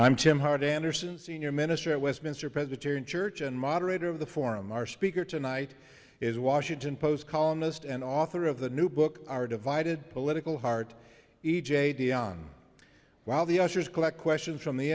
i'm tim hardy anderson senior minister westminster presbyterian church and moderator of the forum our speaker tonight is a washington post columnist and author of the new book our divided political heart e j dionne while the ushers collect questions from the